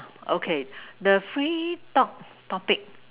okay the free talk topic